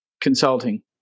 consulting